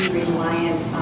reliant